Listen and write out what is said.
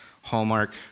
Hallmark